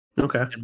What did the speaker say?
Okay